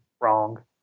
Wrong